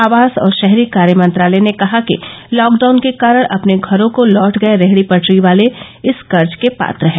आवास और शहरी कार्य मंत्रालय ने कहा कि लॉकडाउन के कारण अपने घरों को लौट गये रेहडी पटरी वाले इस कर्ज के पात्र है